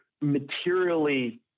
materially